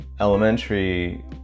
elementary